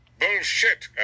Bullshit